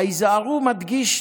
ה"היזהרו" מדגיש: